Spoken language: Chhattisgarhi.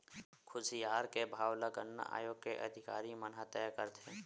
खुसियार के भाव ल गन्ना आयोग के अधिकारी मन ह तय करथे